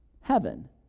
heaven